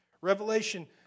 Revelation